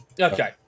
Okay